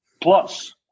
plus